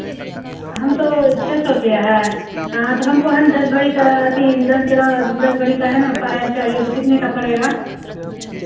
आ हम तो छः सौ रुपैया है हँ तो हमको है ना दस भरी का अथी दस ग्राम दस भरी का है ना पायल चाहिए तो कितने का पड़ेगा